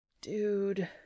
Dude